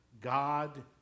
God